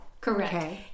correct